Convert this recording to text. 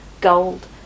Gold